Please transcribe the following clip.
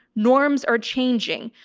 norms are changing.